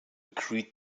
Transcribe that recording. agree